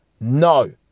no